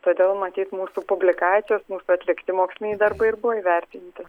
todėl matyt mūsų publikacijos mūsų atlikti moksliniai darbai ir buvo įvertinti